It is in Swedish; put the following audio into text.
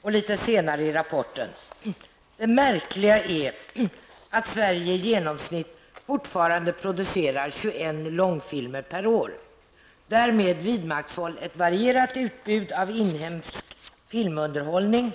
Och litet senare i rapporten: ''Det märkliga är att långfilmer per år. Därmed vidmakthålls ett varierat utbud av inhemsk filmunderhållning.